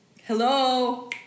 Hello